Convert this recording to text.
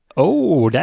oh, that's